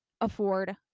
afford